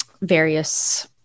various